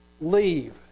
Leave